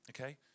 Okay